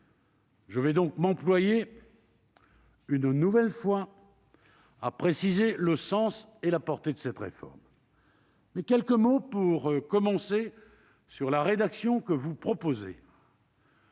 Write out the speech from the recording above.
Je vais donc m'employer, une nouvelle fois, à préciser le sens et la portée de cette réforme. Je dirai quelques mots, pour commencer, sur le texte que vous proposez.